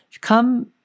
come